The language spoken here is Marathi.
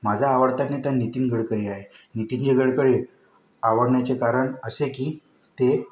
माझा आवडता नेता नितीन गडकरी आहे नितीनजी गडकरी आवडण्याचे कारण असे की ते